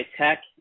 Tech